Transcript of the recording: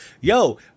Yo